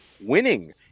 winning